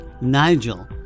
Nigel